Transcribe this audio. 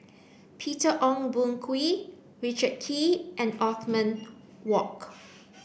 Peter Ong Boon Kwee Richard Kee and Othman Wok